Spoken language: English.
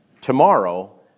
tomorrow